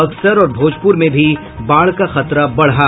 बक्सर और भोजपुर में भी बाढ़ का खतरा बढ़ा